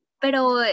Pero